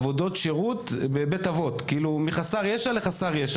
עבודות שירות בבית אבות, כלומר מחסר ישע לחסר ישע.